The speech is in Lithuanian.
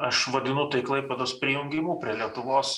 aš vadinu tai klaipėdos prijungimu prie lietuvos